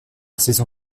saison